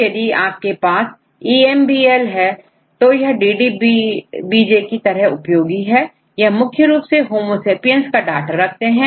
तो यदि आपके पासEMBL है तो यहDDBJ की तरह ही उपयोगी है यह मुख्य रूप से होमो सेपियंस के डाटा रखता है